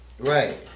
Right